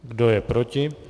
Kdo je proti?